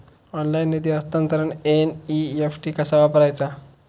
Online निधी हस्तांतरणाक NEFT कसा वापरायचा?